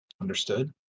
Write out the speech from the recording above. Understood